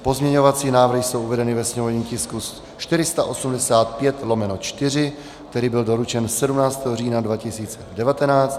Pozměňovací návrhy jsou uvedeny ve sněmovním tisku 485/4, který byl doručen 17. října 2019.